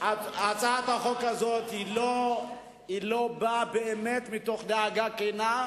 הצעת החוק הזאת לא באה באמת מתוך דאגה כנה.